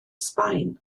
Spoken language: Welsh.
sbaen